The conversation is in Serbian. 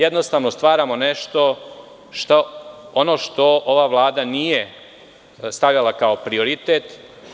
Jednostavno, stvaramo nešto što ova vlada nije stavljala kao prioritet.